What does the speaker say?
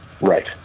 Right